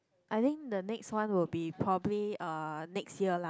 I think the next one will be probably uh next year lah